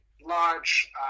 large